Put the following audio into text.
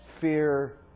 fear